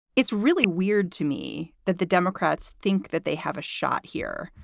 it's really weird to me that the democrats think that they have a shot here,